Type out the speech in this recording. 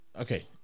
Okay